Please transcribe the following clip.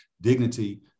dignity